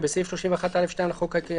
תיקון סעיף 31 8. בסעיף 31(א)(2) לחוק העיקרי,